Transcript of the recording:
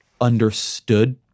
understood